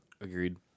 Agreed